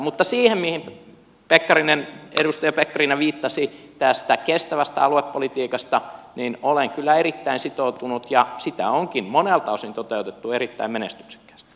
mutta siihen mihin edustaja pekkarinen viittasi tästä kestävästä aluepolitiikasta olen kyllä erittäin sitoutunut ja sitä onkin monelta osin toteutettu erittäin menestyksekkäästi